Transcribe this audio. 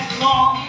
long